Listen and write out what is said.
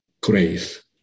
grace